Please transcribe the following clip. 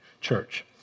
church